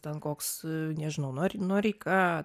ten koks nežinau nor noreika